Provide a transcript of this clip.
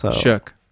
Shook